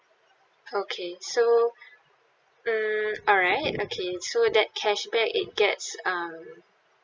okay so um alright okay it so that cashback it gets um